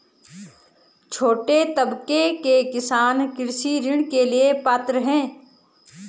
छोटे तबके के किसान कृषि ऋण के लिए पात्र हैं?